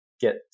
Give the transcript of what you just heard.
get